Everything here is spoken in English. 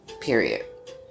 Period